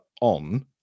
on